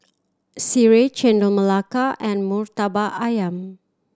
Sireh Chendol Melaka and Murtabak Ayam